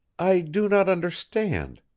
i do not understand